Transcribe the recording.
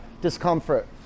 discomfort